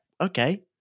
okay